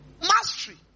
Mastery